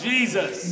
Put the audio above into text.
Jesus